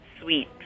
sweet